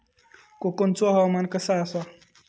कोकनचो हवामान कसा आसा?